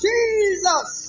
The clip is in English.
Jesus